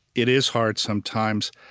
it is hard sometimes,